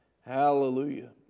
Hallelujah